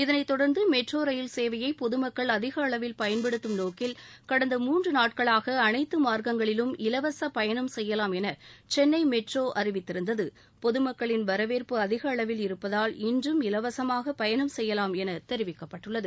இதனைத் தொடர்ந்து metro rail சேவையை பொதுமக்கள் அதிக அளவில் பயன்படுத்தும் நோக்கில் கடந்த மூன்று நாட்களாக அனைத்து மார்க்கங்களிலும் இலவச பயணம் செய்யலாம் என சென்னை மெட்ரோ அறிவித்திருந்தது பொதுமக்களின் வரவேற்பு அதிக அளவில் இருப்பதால் இன்றும் இலவசமாக பயணம் செய்யலாம் என தெரிவிக்கப்பட்டுள்ளது